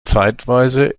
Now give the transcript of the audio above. zeitweise